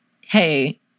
hey